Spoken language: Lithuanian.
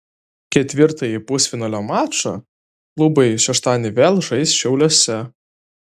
ketvirtąjį pusfinalio mačą klubai šeštadienį vėl žais šiauliuose